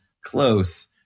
close